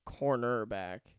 cornerback